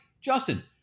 Justin